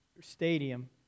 stadium